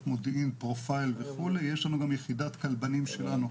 מודיעין פרופייל וכו' יש לנו גם יחידת כלבנים שלנו,